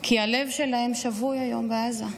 כי הלב שלהם שבוי היום בעזה.